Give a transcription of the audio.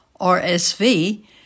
RSV